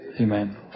Amen